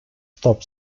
stop